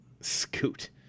Scoot